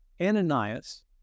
Ananias